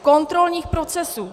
Kontrolních procesů!